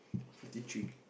fifty three